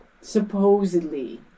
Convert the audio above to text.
Supposedly